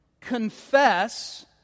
confess